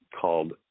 called